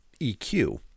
EQ